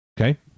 Okay